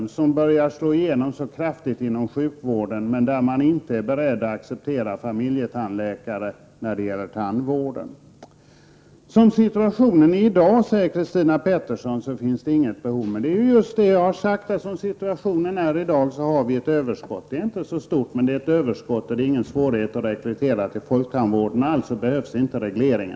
Denna har börjat slå igenom kraftigt inom sjukvård. Däremot är man inte beredd att acceptera familjetandläkare. Christina Pettersson säger att som situationen är i dag behöver vi en etableringskontroll. Vi har i dag ett överskott på tandläkare. Överskottet är inte särskilt stort, men det är inga svårigheter att rekrytera tandläkare till folktandvården. Vi behöver därför inte någon reglering.